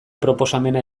proposamena